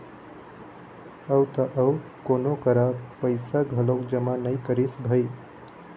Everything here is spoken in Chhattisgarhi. अउ त अउ कोनो करा पइसा घलोक जमा नइ करिस भई